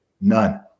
None